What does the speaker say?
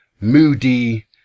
moody